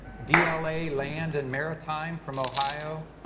dla land and maritime from ohio.